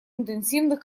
интенсивных